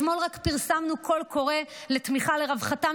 רק אתמול פרסמנו קול קורא לתמיכה ברווחתם